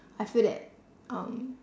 I feel that um